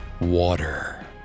Water